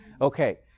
Okay